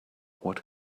what